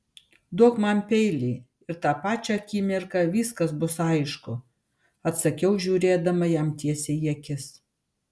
duok man peilį ir tą pačią akimirką viskas bus aišku atsakiau žiūrėdama jam tiesiai į akis